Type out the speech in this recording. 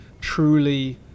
truly